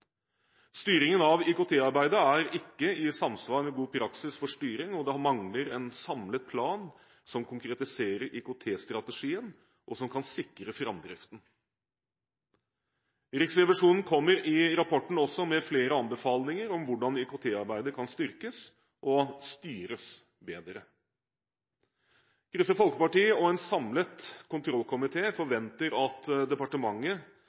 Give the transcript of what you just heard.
Styringen av IKT-arbeidet er ikke i samsvar med god praksis for styring, og det mangler en samlet plan som konkretiserer IKT-strategien, og som kan sikre framdriften. Riksrevisjonen kommer i rapporten også med flere anbefalinger om hvordan IKT-arbeidet kan styrkes og styres bedre. Kristelig Folkeparti og en samlet kontrollkomité forventer at departementet